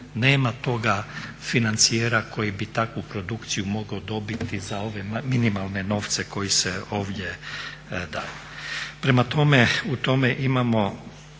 Nema toga financijera koji bi takvu produkciju mogao dobiti za ove minimalne novce koji se ovdje daju.